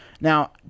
Now